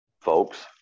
folks